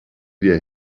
wir